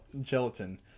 gelatin